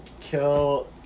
kill